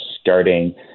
starting